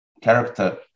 character